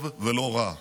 טוב ולא רע,